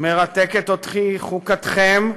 מרתקת אותי חוקתכם,